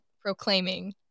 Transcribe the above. proclaiming